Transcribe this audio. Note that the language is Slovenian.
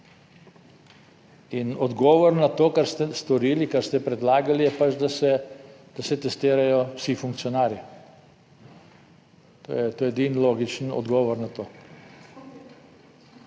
in odgovor na to, kar ste storili, kar ste predlagali, je pač, da se testirajo vsi funkcionarji. Je to edini logičen odgovor na to,